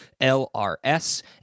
LRS